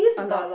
a lot